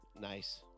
Nice